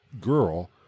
girl